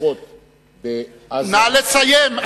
לפחות בעזה, נא לסיים.